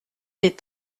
les